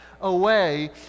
away